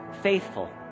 Faithful